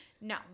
No